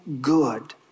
good